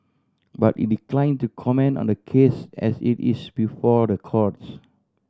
but it declined to comment on the case as it is before the courts